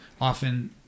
often